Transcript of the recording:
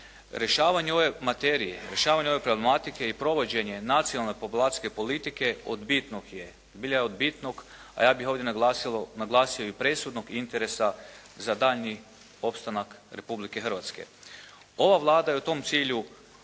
Rješavanje ove materije, rješavanje ove problematike i provođenje nacionalne populacijske politike od bitnog je, zbilja je od bitnog a ja bih ovdje naglasio i presudnog interesa za daljnji opstanak Republike Hrvatske. Ova Vlada je u tom cilju krenula